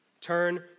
turn